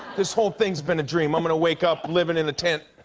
this whole thing's been a dream. i'm gonna wake up, living in a tent.